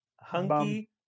Hunky